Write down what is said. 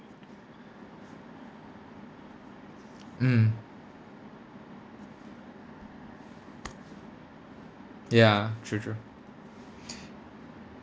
mmhmm ya true true